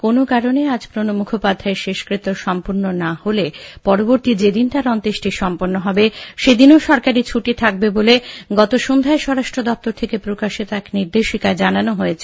কোন কারণে আজ প্রণব মুখোপধ্যায়ের শেষকৃত্য সম্পন্ন না হলে পরবর্তী যেদিন তার অন্ত্যেষ্টি সম্পন্ন হবে সেদিনও সরকারি ছুটি থাকবে বলে গত সন্ধ্যায় স্বরাষ্ট্র দপ্তর থেকে প্রকাশিত এক নির্দেশিকায় জানানো হয়েছে